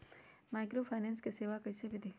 Microfinance के सेवा कइसे विधि?